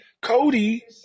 Cody